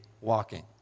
walking